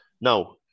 Now